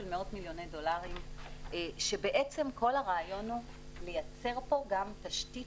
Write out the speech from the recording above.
מאות מיליוני דולרים שכל הרעיון הוא לייצר פה גם תשתית